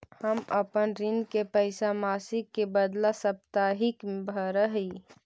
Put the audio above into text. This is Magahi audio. हम अपन ऋण के पैसा मासिक के बदला साप्ताहिक भरअ ही